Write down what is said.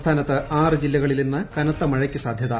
സംസ്ഥാനത്ത് ആറ് ജില്ലകളിൽ ഇന്ന് കനത്ത മഴയ്ക്ക് സാധൃത